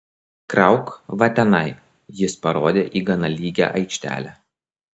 krauk va tenai jis parodė į gana lygią aikštelę